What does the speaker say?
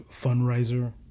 fundraiser